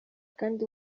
kandi